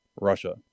Russia